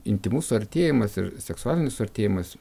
intymus suartėjimas ir seksualinis suartėjimas